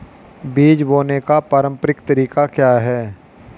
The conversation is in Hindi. बीज बोने का पारंपरिक तरीका क्या है?